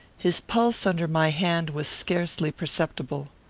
his pulse under my hand was scarcely perceptible.